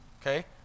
Okay